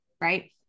right